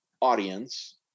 audience